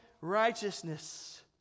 righteousness